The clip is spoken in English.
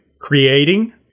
creating